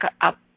up